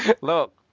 Look